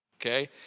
okay